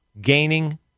gaining